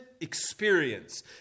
Experience